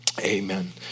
Amen